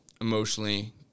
emotionally